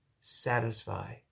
satisfy